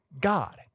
God